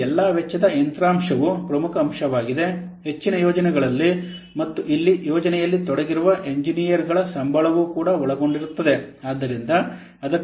ಆದ್ದರಿಂದ ಈ ಎಲ್ಲ ವೆಚ್ಚದ ಯಂತ್ರಾಂಶವು ಪ್ರಮುಖ ಅಂಶವಾಗಿದೆ ಹೆಚ್ಚಿನ ಯೋಜನೆಗಳಲ್ಲಿ ಮತ್ತು ಇಲ್ಲಿ ಯೋಜನೆಯಲ್ಲಿ ತೊಡಗಿರುವ ಎಂಜಿನಿಯರ್ಗಳ ಸಂಬಳವೂ ಕೂಡ ಒಳಗೊಂಡಿರುತ್ತದೆ